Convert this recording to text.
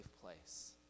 place